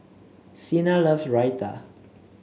Cena love Raita